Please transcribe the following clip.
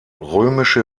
römische